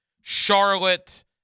Charlotte